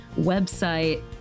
website